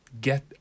get